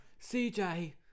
CJ